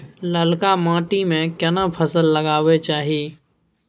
ललका माटी में केना फसल लगाबै चाही?